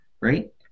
right